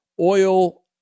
oil